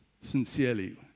sincerely